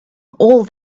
all